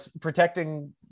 protecting